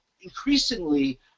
increasingly